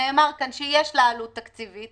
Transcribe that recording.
ונאמר כאן שיש לה עלות תקציבית,